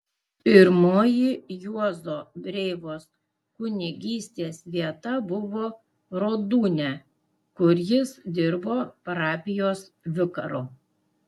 pirmoji juozo breivos kunigystės vieta buvo rodūnia kur jis dirbo parapijos vikaru